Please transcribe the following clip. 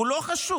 הוא לא חשוד.